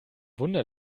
wunder